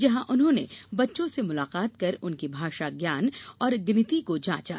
जहां उन्होंने बच्चों से मुलाकात कर उनके भाषा ज्ञान और गिनती को जांचा